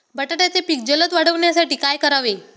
बटाट्याचे पीक जलद वाढवण्यासाठी काय करावे?